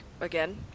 again